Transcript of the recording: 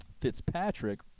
Fitzpatrick